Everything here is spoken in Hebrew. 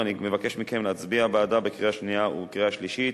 ואני מבקש מכם להצביע בעדה בקריאה שנייה ובקריאה שלישית,